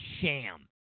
sham